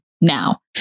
now